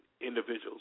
individuals